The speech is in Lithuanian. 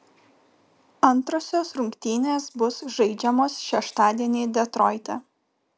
antrosios rungtynės bus žaidžiamos šeštadienį detroite